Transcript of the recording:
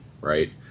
Right